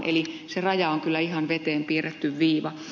eli se raja on kyllä ihan veteen piirretty viiva